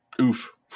Oof